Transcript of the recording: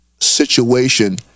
situation